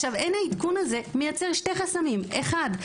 אין העדכון הזה מייצר שני חסמים: אחד,